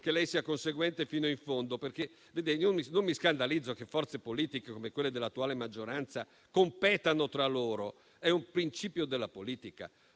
che lei sia conseguente fino in fondo. Non mi scandalizzo che forze politiche come quelle dell'attuale maggioranza competano tra loro - è un principio della politica